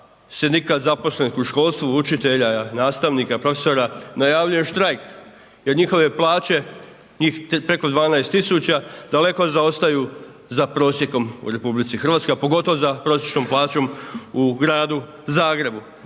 sindikat zaposlen u školstvu, učitelja, nastavnika, profesora najavljuje štrajk, jer njihove plaće, njih preko 12 tisuća daleko zaostaju za prosjekom u RH, a pogotovo za prosječnom plaćom u Gradu Zagrebu.